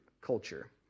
culture